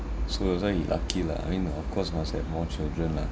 so that's why he lucky lah I mean of course must have more children lah